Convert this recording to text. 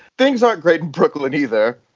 things aren't great in brooklyn either.